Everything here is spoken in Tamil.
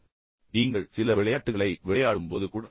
எனவே நீங்கள் சில விளையாட்டுகளை விளையாடும்போது கூட